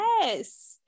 Yes